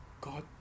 God